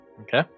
okay